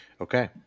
Okay